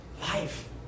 life